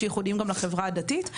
שייחודיים גם לחרה הדתית.